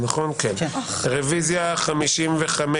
הרביזיה נדחתה.